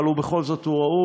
אבל בכל זאת הוא ראוי,